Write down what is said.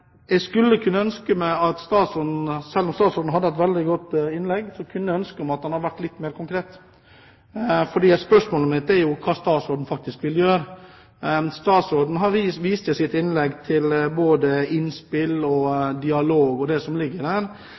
Selv om statsråden hadde et veldig godt innlegg, kunne jeg ønske meg at han hadde vært litt mer konkret. Spørsmålet mitt er hva statsråden faktisk vil gjøre. Statsråden viste i sitt innlegg til både innspill og dialog og det som ligger der,